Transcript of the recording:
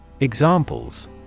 Examples